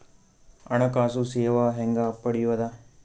ಹಣಕಾಸು ಸೇವಾ ಹೆಂಗ ಪಡಿಯೊದ?